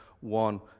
one